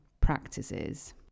practices